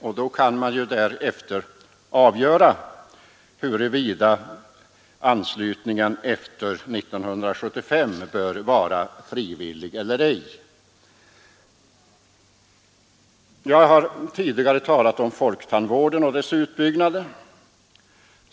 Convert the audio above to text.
Därefter kan man avgöra huruvida anslutningen efter 1975 bör vara frivillig eller ej. Jag har tidigare talat om folktandvården och dess utbyggnad.